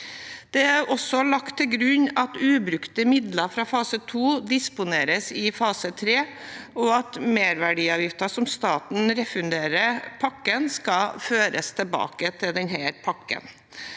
Det er også lagt til grunn at ubrukte midler fra fase 2 disponeres i fase 3, og at merverdiavgiften som staten refunderer pakken, skal føres tilbake til denne pakken.